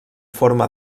forma